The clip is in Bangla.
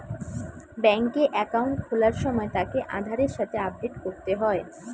বেংকে একাউন্ট খোলার সময় তাকে আধারের সাথে আপডেট করতে হয়